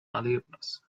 erlebnis